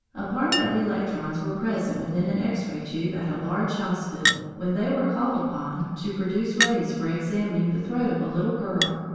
a party of electrons were present within an x-ray tube at a large hospital, when they were called upon to produce rays for examining the throat of a little girl.